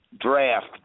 draft